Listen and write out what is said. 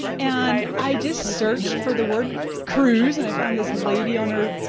and i just searched for the word cruise and i found this lady on her,